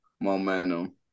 momentum